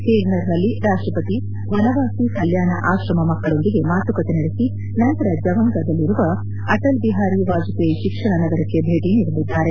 ಹೀರನರ್ನಲ್ಲಿ ರಾಷ್ಟಪತಿ ವನವಾಸಿ ಕಲ್ಕಾಣ ಆಶ್ರಮ ಮಕ್ಕಳೊಂದಿಗೆ ಮಾತುಕತೆ ನಡೆಸಿ ನಂತರ ಜವಂಗದಲ್ಲಿರುವ ಅಟಲ್ ಬಿಹಾರಿ ವಾಜಪೇಯಿ ಶಿಕ್ಷಣ ನಗರಕ್ಷೆ ಭೇಟ ನೀಡಲಿದ್ದಾರೆ